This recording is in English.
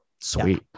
sweet